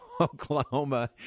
Oklahoma